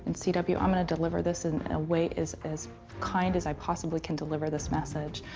c w, i'm gonna deliver this in a way as as kind as i possibly can deliver this message.